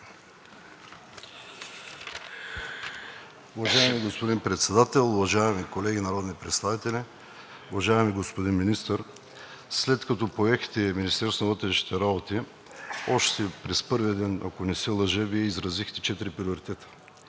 Уважаеми господин Председател, уважаеми колеги народни представители! Уважаеми господин Министър, след като поехте Министерството на вътрешните работи, още през първия ден, ако не се лъжа, Вие изразихте четири приоритета